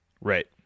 Right